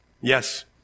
Yes